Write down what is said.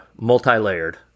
multi-layered